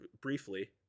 briefly